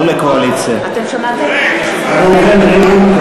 בעד אלעזר שטרן,